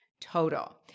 total